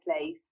place